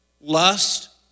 lust